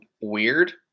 weird